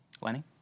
Lenny